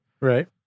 right